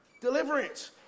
Deliverance